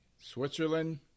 Switzerland